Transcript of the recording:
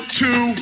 two